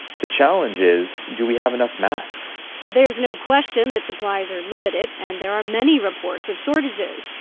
the challenge is, do we have enough masks? there's no question that supplies are limited, and there are many reports of shortages.